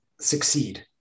succeed